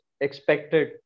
expected